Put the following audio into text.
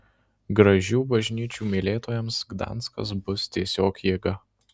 gražių bažnyčių mylėtojams gdanskas bus tiesiog jėga